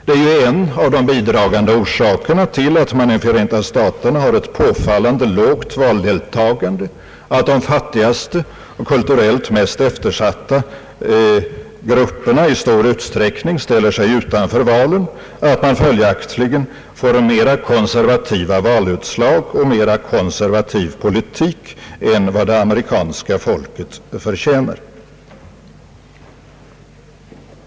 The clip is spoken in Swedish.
Det är ju en av de bidragande orsakerna till att man i Förenta staterna har ett påfallande lågt valdeltagande, att de fattigaste, de kulturellt mest eftersatta grupperna i stor utsträckning ställt sig utanför valen, och att man följaktligen får mer konservativa valutslag och en mer konservativ politik än det amerikanska folket förtjänar.